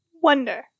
wonder